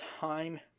time